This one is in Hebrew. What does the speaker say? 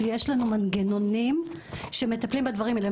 שיש לנו מנגנונים שמטפלים בדברים האלה,